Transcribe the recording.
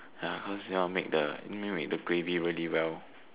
ya cause you wanna make the you need to make the gravy really well